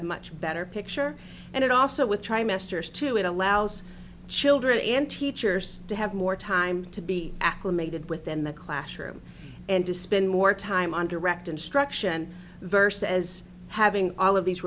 a much better picture and it also with trimesters two it allows children and teachers to have more time to be acclimated within the classroom and to spend more time on direct instruction verse as having all of these